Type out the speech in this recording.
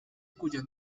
cuya